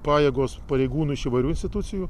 pajėgos pareigūnų iš įvairių institucijų